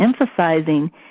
emphasizing